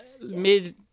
Mid